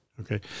Okay